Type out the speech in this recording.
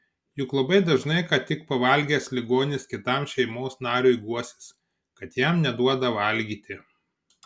juk labai dažnai ką tik pavalgęs ligonis kitam šeimos nariui guosis kad jam neduoda valgyti